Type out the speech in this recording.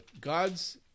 God's